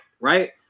right